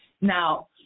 Now